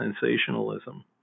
sensationalism